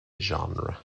genre